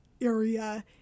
area